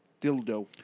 Dildo